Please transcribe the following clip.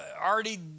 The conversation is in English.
already